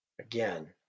Again